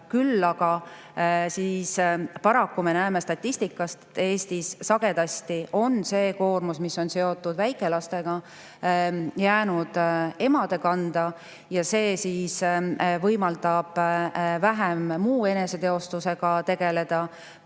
Küll aga paraku me näeme statistikast, et Eestis sagedasti on see koormus, mis on seotud väikelastega, jäänud emade kanda ja see võimaldab vähem muu eneseteostusega tegeleda.